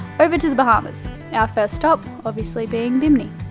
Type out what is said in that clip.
over to the bahamas. our first stop, obviously, being bimini.